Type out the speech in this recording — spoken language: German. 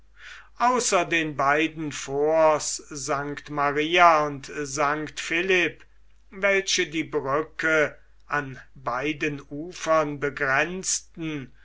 außer den beiden forts st maria und st philipp welche die brücke an beiden ufern begrenzten